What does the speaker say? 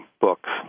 books